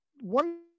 one